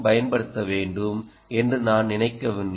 பயன்படுத்த வேண்டும் என்று நான் நினைக்கவில்லை